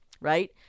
right